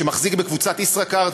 שמחזיק בקבוצת "ישראכרט",